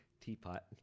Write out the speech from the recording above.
Teapot